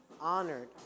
honored